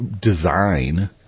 design